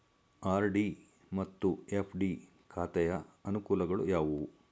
RD ಮತ್ತು FD ಖಾತೆಯ ಅನುಕೂಲಗಳು ಯಾವುವು?